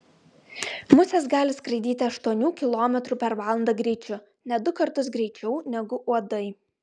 musės gali skraidyti aštuonių kilometrų per valandą greičiu net du kartus greičiau negu uodai